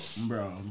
bro